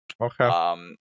Okay